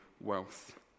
wealth